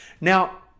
Now